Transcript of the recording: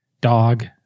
dog